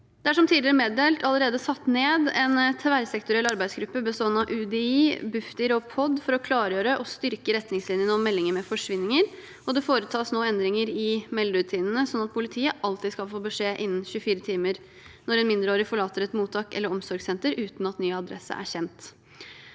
Det er, som tidligere meddelt, allerede satt ned en tverrsektoriell arbeidsgruppe bestående av UDI, Bufdir og POD for å klargjøre og styrke retningslinjene om meldinger ved forsvinninger. Det foretas nå endringer i melderutinene slik at politiet alltid skal få beskjed innen 24 timer når en mindreårig forlater et mottak eller et omsorgssenter uten at ny adresse er kjent.